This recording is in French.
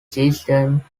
système